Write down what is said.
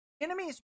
enemies